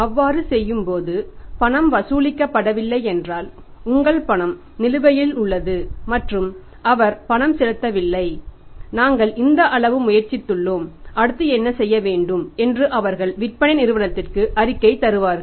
அவ்வாறு செய்யும்போது பணம் வசூலிக்க படவில்லை என்றால் உங்கள் பணம் நிலுவையில் உள்ளது மற்றும் அவர் பணம் செலுத்தவில்லை நாங்கள் இந்த அளவு முயற்சி துள்ளும் அடுத்து என்ன செய்ய வேண்டும் என்று அவர்கள் விற்பனை நிறுவனத்திற்கு அறிக்கை தருவார்கள்